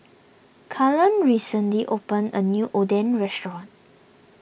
Cullen recently opened a new Oden restaurant